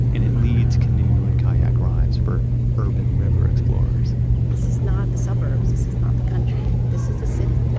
and it leads canoe and kayak rides for urban river explorers this is not the suburbs this is not the country. this is the city.